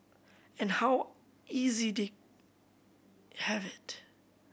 and how easy they have it